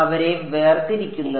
അവരെ വേർതിരിക്കുന്നത്